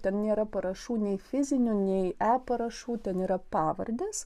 ten nėra parašų nei fizinių nei e parašų ten yra pavardės